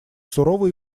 суровый